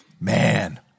Man